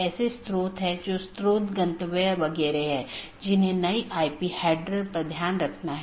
BGP सत्र की एक अवधारणा है कि एक TCP सत्र जो 2 BGP पड़ोसियों को जोड़ता है